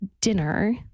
dinner